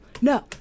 no